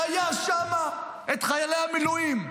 כשהיו שם חיילי המילואים,